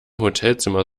hotelzimmer